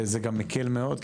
זה גם מקל מאוד,